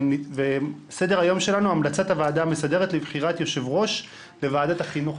סדר היום שלנו: המלצת הוועדה המסדרת לבחירת יושב-ראש בוועדת החינוך,